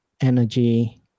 energy